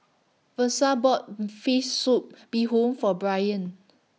Versa bought Fish Soup Bee Hoon For Brian